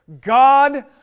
God